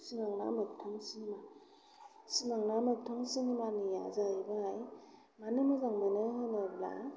सिमां ना मोगथां सिनेमा सिमां ना मोगथां सिनेमानिया जाहैबाय मानो मोजां मोनो होनोब्ला